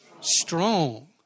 Strong